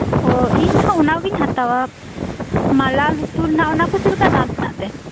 ᱚ ᱤᱧᱦᱚ ᱚᱱᱟᱠᱚᱜᱤᱧ ᱦᱟᱛᱟᱣᱟ ᱢᱟᱞᱟ ᱞᱩᱛᱩᱨ ᱨᱮᱱᱟᱜ ᱚᱱᱟᱠᱚ ᱪᱮᱫ ᱞᱮᱠᱟ ᱫᱟᱢ ᱢᱮᱱᱟᱜ ᱛᱮ